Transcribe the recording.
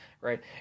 right